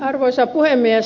arvoisa puhemies